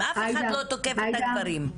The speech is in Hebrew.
אף אחד לא תוקף את הגברים.